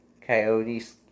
Coyotes